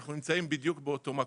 אנחנו נמצאים בדיוק באותו מקום,